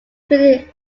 created